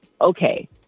okay